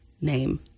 name